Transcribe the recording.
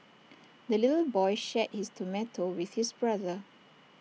the little boy shared his tomato with his brother